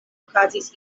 okazis